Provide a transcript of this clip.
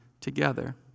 together